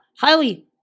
highly